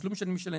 התשלום שאני משלם,